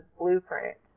blueprint